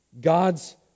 God's